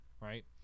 right